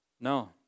No